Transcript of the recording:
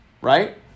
Right